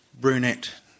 brunette